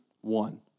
one